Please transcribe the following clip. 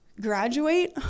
graduate